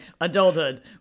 adulthood